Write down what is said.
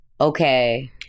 Okay